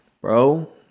bro